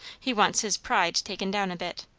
he wants his pride taken down a bit.